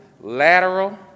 lateral